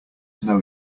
know